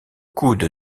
coude